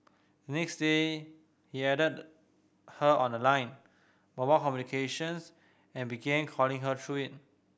next day he added her on the Line mobile communications and began calling her through it